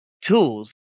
tools